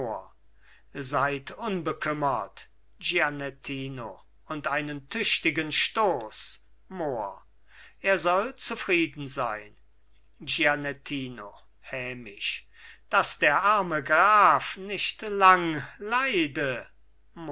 seid unbekümmert gianettino und einen tüchtigen stoß mohr er soll zufrieden sein gianettino hämisch daß der arme graf nicht lang leide